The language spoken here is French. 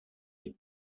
les